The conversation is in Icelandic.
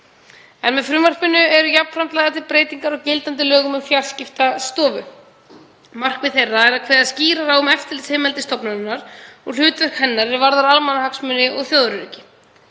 Með frumvarpinu eru jafnframt lagðar til breytingar á gildandi lögum um Fjarskiptastofu. Markmið þeirra er að kveða skýrar á um eftirlitsheimildir stofnunarinnar og hlutverk hennar er varðar almannahagsmuni og þjóðaröryggi.